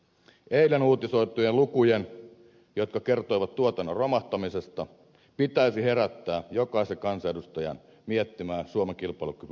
eilen uutisoitujen lukujen jotka kertoivat tuotannon romahtamisesta pitäisi herättää jokainen kansanedustaja miettimään suomen kilpailukykyä tulevaisuudessa